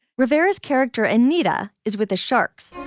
rivera's character anita is with the sharks